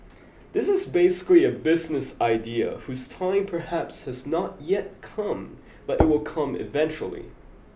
this is basically a business idea whose time perhaps has not yet come but it will come eventually